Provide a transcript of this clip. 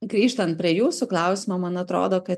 grįžtant prie jūsų klausimo man atrodo kad